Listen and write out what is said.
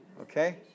Okay